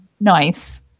Nice